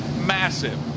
massive